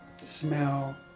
smell